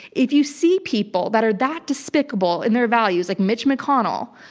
if you see people that are that despicable in their values, like mitch mcconnell,